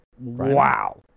Wow